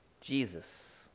Jesus